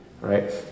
right